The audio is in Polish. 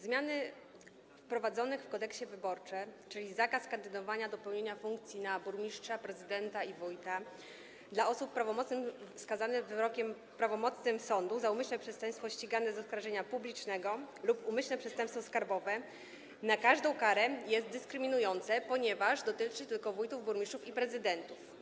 Zmiany wprowadzone w Kodeksie wyborczym, czyli zakaz kandydowania do pełnienia funkcji burmistrza, prezydenta i wójta dla osób skazanych prawomocnym wyrokiem sądu za umyślne przestępstwo ścigane z oskarżenia publicznego lub umyślne przestępstwo skarbowe na każdą karę jest dyskryminujący, ponieważ dotyczy tylko wójtów, burmistrzów i prezydentów.